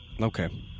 Okay